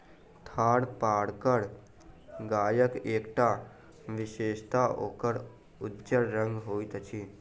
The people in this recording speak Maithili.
थारपारकर गायक एकटा विशेषता ओकर उज्जर रंग होइत अछि